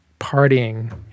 partying